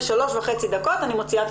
בשלוש וחצי דקות אני מוציאה את